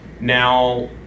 Now